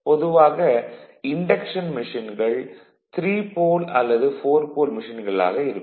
பொதுவாக இன்டக்ஷன் மெஷின்கள் 3 போல் அல்லது 4 போல் மெஷின்களாக இருக்கும்